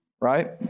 Right